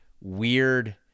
weird—